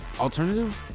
Alternative